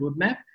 roadmap